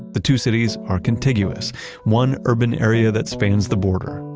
the two cities are contiguous one urban area that spans the border,